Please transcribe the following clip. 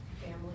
Family